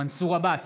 מנסור עבאס,